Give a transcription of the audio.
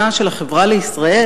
ושאלה.